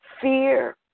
fear